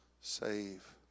save